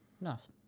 Nice